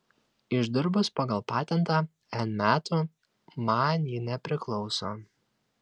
išdirbus pagal patentą n metų man ji nepriklauso